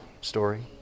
story